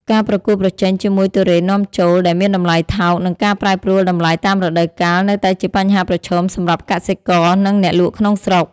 ការប្រកួតប្រជែងជាមួយទុរេននាំចូលដែលមានតម្លៃថោក និងការប្រែប្រួលតម្លៃតាមរដូវកាលនៅតែជាបញ្ហាប្រឈមសម្រាប់កសិករ និងអ្នកលក់ក្នុងស្រុក។